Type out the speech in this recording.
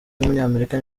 w’umunyamerika